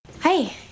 Hey